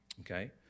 okay